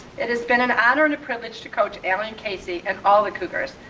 it's been an honor and a privilege to coach allen casey and all the cougars.